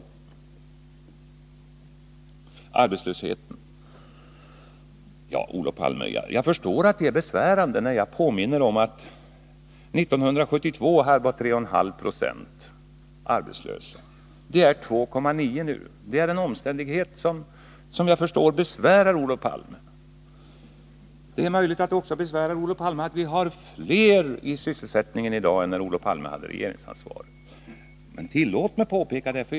Om arbetslösheten: Ja, Olof Palme, jag förstår att det är besvärande, när jag påminner om att 1972 var arbetslösheten i vårt land 3,5 96. Den är 2,9 96 nu. Det är en omständighet som jag förstår besvärar Olof Palme. Det är möjligt att det också besvärar Olof Palme att vi har fler människor i sysselsättning i dag än då Olof Palme hade regeringsansvaret. Men tillåt mig påpeka detta.